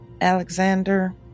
Alexander